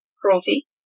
cruelty